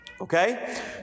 Okay